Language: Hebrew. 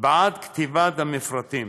בעד כתיבת המשרדים,